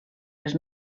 les